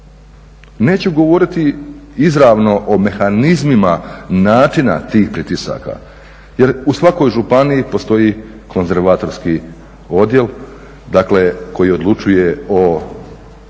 Neću govoriti izravno o mehanizmima načina tih pritisaka jer u svakoj županiji postoji Konzervatorski odjel koji odlučuje o